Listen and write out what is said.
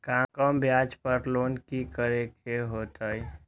कम ब्याज पर लोन की करे के होतई?